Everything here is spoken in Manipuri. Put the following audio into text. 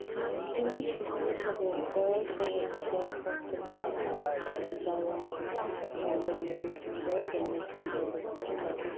ꯅꯥꯏꯟꯇꯤꯟ ꯁꯤꯛꯁꯇꯤ ꯁꯚꯦꯟꯗ ꯁꯋꯇꯟꯇ꯭ꯔ ꯄꯔꯇꯅꯌꯥꯅ ꯕꯥꯔꯣꯟ ꯁꯤꯡꯍ ꯁꯦꯈꯥꯋꯠꯅ ꯂꯨꯆꯤꯡꯕ ꯖꯅ ꯁꯪꯘꯒ ꯈꯨꯠꯁꯝꯅꯈꯤ